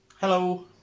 Hello